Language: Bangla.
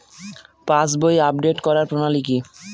পাসবই আপডেট করার প্রণালী কি?